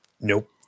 Nope